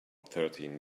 thirteen